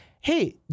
Hey